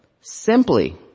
simply